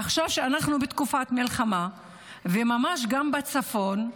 עכשיו כשאנחנו בתקופת מלחמה ממש, גם בצפון,